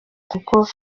kuko